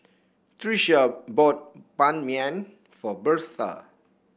Tricia bought Ban Mian for Birtha